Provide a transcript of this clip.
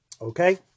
Okay